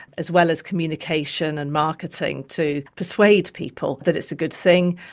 as well as communication and marketing, to persuade people that it's a good thing,